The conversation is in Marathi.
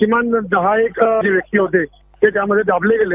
किमान दहा एक जे व्यक्ती ते त्यामध्ये दाबले गेले